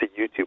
YouTube